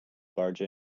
barge